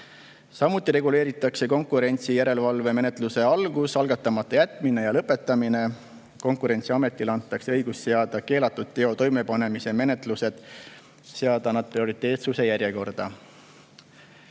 Samuti reguleeritakse konkurentsijärelevalvemenetluse algus, algatamata jätmine ja lõpetamine. Konkurentsiametile antakse õigus seada keelatud teo toimepanemise menetlused prioriteetsuse järjekorda.